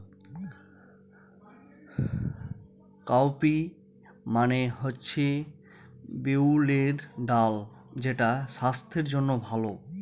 cowpea মানে হচ্ছে বিউলির ডাল যেটা স্বাস্থ্যের জন্য ভালো